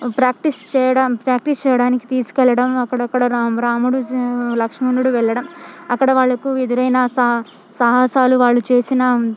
practice చేయడం practice చేయడానికి తీసుకు వెళ్లడం అక్కడక్కడ రాముడు లక్షణుడు వెళ్ళడం అక్కడ వాళ్లకు ఎదురైన సాహ సాహసాలు వాళ్ళు చేసిన